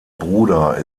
bruder